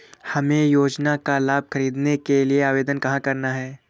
हमें योजना का लाभ ख़रीदने के लिए आवेदन कहाँ करना है?